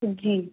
जी